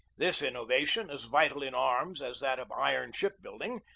this innovation, as vital in arms as that of iron ship-building,